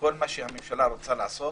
כל מה שהממשלה רוצה לעשות